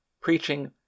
preaching